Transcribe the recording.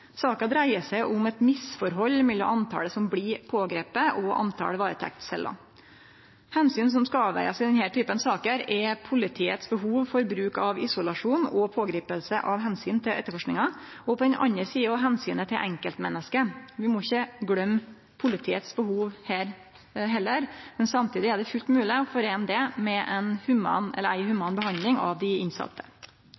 Saka dreier seg om eit misforhold mellom talet som blir pågrepne og talet varetektsceller. Omsyn som skal avvegast i denne typen saker, er politiet sitt behov for bruk av isolasjon og pågriping av omsyn til etterforskinga, og på den andre sida er omsynet til enkeltmennesket. Vi må ikkje gløyme politiet sitt behov her heller, men samtidig er det fullt mogleg å foreine det med ei human